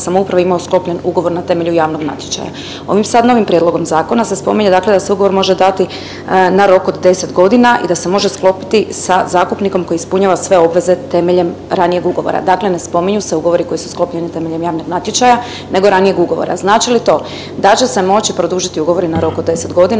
samouprave imao sklopljen ugovor na temelju javnog natječaja. Ovim sad novim prijedlogom zakona se spominje dakle da se ugovor može dati na rok od 10 godina i da se može sklopiti sa zakupnikom koji ispunjava sve obveze temeljem ranijeg ugovora, dakle ne spominju se ugovori koji su sklopljeni temeljem javnog natječaja nego ranijeg ugovora. Znači li to da će se moći produžiti ugovori na rok od 10 godina